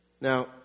Now